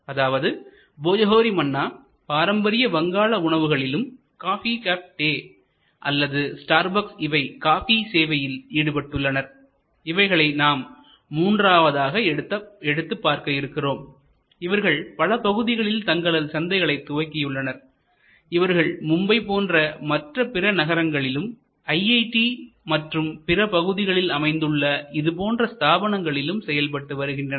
அதாவது போஜோஹோரி மன்னா பாரம்பரிய வங்காள உணவுகளிலும்காபி café day coffee café day அல்லது ஸ்டார்பக்ஸ் இவை காபி சேவையில் ஈடுபட்டுள்ளனர் இவைகளை நாம் மூன்றாவதாக எடுத்து பார்க்க இருக்கிறோம் இவர்கள் பல பகுதிகளில் தங்களது சந்தைகளை துவங்கியுள்ளனர் இவர்கள் மும்பை போன்ற மற்ற பிற நகரங்களிலும் ஐஐடி மற்றும் பிற பகுதிகளில் அமைந்துள்ள இதுபோன்ற ஸ்தாபனங்களிலும் செயல்பட்டு வருகின்றன